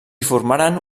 formaren